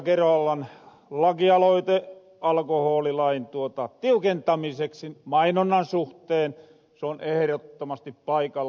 kerolan lakialoite alkoholilain tiukentamiseksi mainonnan suhteen on ehrottomasti paikalla